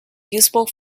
usable